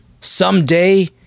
someday